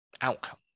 outcome